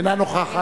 אינה נוכחת.